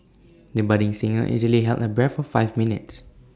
the budding singer easily held her breath for five minutes